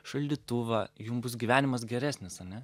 šaldytuvą jum bus gyvenimas geresnis ane